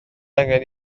angen